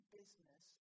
business